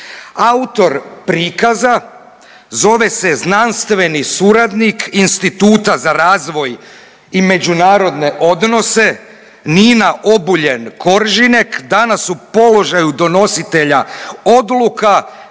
Autor prikaza zove se znanstveni suradnik institut za razvoj i međunarodne odnose Nina Obuljen Koržinek danas u položaju donositelja odluka